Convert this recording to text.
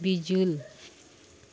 visual